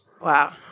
wow